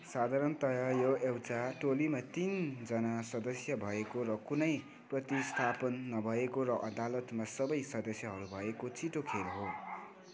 साधारणतया यो एउटा टोलीमा तिनजना सदस्य भएको र कुनै प्रतिस्थापन नभएको र अदालतमा सबै सदस्यहरू भएको छिटो खेल हो